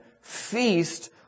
feast